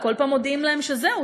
כל פעם מודיעים להם שזהו,